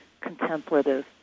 contemplative